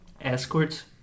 Escorts